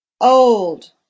Old